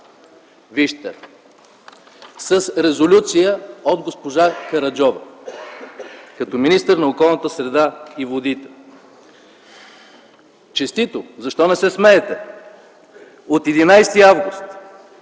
писмата), с резолюция от госпожа Караджова като министър на околната среда и водите. Честито! Защо не се смеете? От 11 август